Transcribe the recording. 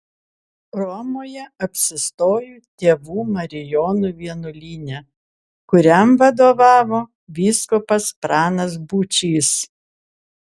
romoje apsistojo tėvų marijonų vienuolyne kuriam vadovavo vyskupas pranas būčys